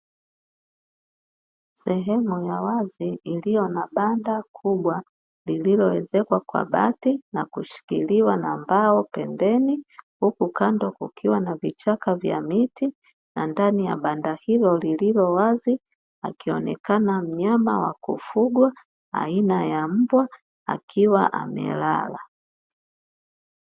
Sehemu ya wazi iliyo na banda kubwa lililoezekwa kwa bati na kushikiliwa na mbao pembeni, huku kando kukiwa na vichaka vya miti na ndani ya banda hilo lililo wazi, akionekana mnyama wa kufugwa aina ya mbwa akiwa amelala.